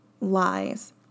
lies